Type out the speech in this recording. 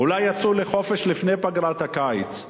אולי יצאו לחופש לפני פגרת הקיץ.